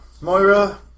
Moira